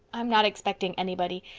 i'm not expecting anybody.